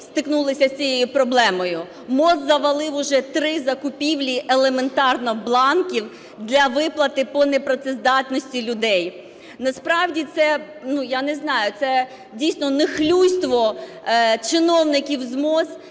стикнулися з цією проблемою. МОЗ завалив уже три закупівлі, елементарно, бланків для виплати по непрацездатності людей. Насправді це, я не знаю, це дійсно нехлюйство чиновників з МОЗ,